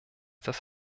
des